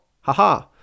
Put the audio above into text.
haha